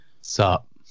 Sup